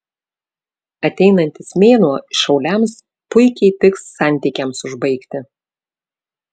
ateinantis mėnuo šauliams puikiai tiks santykiams užbaigti